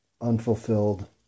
unfulfilled